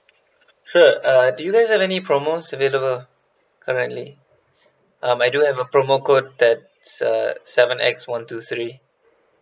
so uh do you guys have any promos available currently um I do have a promo code that's uh seven X one two three